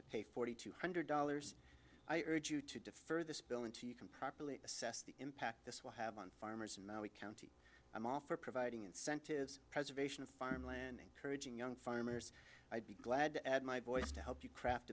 to pay forty two hundred dollars i urge you to defer this bill in to you can properly assess the impact this will have on farmers and we counted i'm all for providing incentives preservation of farmland encouraging young farmers i'd be glad to add my voice to help you craft